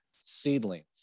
seedlings